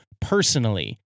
personally